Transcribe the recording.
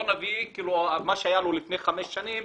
לא נביא את מה שהיה לו לפני חמש שנים,